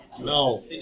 No